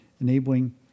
enabling